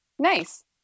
Nice